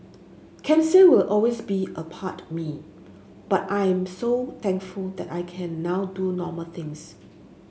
cancer will always be a part me but I am so thankful that I can now do normal things